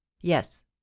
Yes